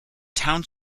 town